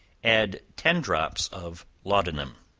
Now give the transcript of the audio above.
add ten drops of laudanum.